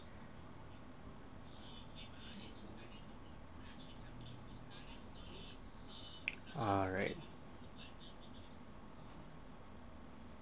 ah right